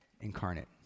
incarnate